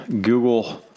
Google